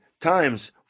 times